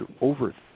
over